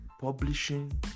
publishing